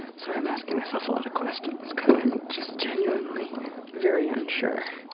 sorry, i'm asking myself a lot of questions cause i'm just genuinely very unsure.